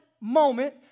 moment